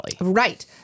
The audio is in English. Right